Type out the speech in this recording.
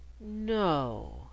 No